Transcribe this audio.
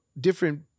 different